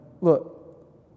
Look